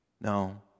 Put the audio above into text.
No